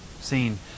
seen